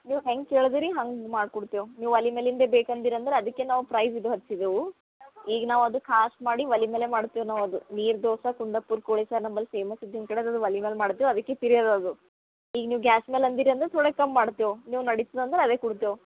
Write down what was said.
ನೀವು ಹೆಂಗೆ ಕೇಳ್ದಿರಿ ಹಂಗೆ ಮಾಡ್ಕೊಡ್ತೇವೆ ನೀವು ಒಲೆ ಮೇಲಿಂದೆ ಬೇಕಂದಿರ ಅಂದರೆ ಅದಕ್ಕೆ ನಾವು ಪ್ರೈಝ್ ಇದು ಹಚ್ಚಿದೆವು ಈಗ ನಾವು ಅದು ಕಾಸು ಮಾಡಿ ಒಲೆ ಮೇಲೆ ಮಾಡ್ತೀವಿ ಅದು ನೀರು ದೋಸೆ ಕುಂದಾಪುರ ಕೋಳಿ ಸಾರು ನಂಬಲ್ ಪೇಮಸ್ ಇದ್ದೀನಿ ಕಡೆದ ಅದು ಒಲೆ ಮೇಲೆ ಮಾಡ್ತೀವಿ ಅದಕ್ಕೆ ಈಗ ನೀವು ಗ್ಯಾಸ್ ಮೇಲೆ ಅಂದಿರಿ ಅಂದ್ರ ತೋಡೆ ಕಮ್ ಮಾಡ್ತೀವಿ ನೀವು ನಡಿತದೆ ಅಂದ್ರ ಅದೆ ಕುಡ್ತೇವೆ